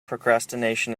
procrastination